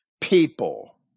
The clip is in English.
people